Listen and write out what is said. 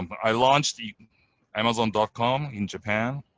and but i launched amazon dot com in japan.